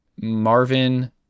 Marvin